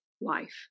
life